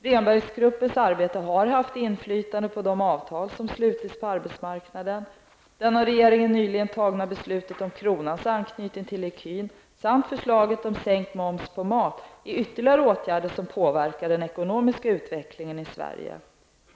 Rehnberggruppens arbete har haft inflytande på de avtal som slutits på arbetsmarknaden. Det av regeringen nyligen tagna beslutet om kronans anknytning till ecun samt förslaget om sänkt moms på mat är ytterligare åtgärder som påverkar den ekonomiska utvecklingen i Sverige.